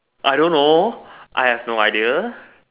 I don't know I have no idea